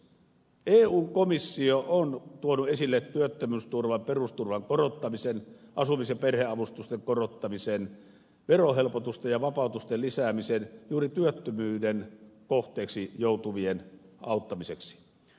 eun komissio on tuonut esille työttömyysturvan ja perusturvan korottamisen asumis ja perheavustusten korottamisen sekä verohelpotusten ja vapautusten lisäämisen juuri työttömyyden kohteeksi joutuvien auttamiseksi